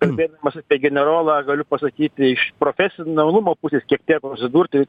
kalbėdamas apie generolą galiu pasakyti iš profesionalumo pusės kiek teko susidurti